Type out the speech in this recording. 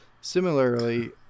similarly